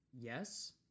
Yes